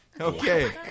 Okay